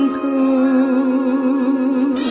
cool